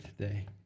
today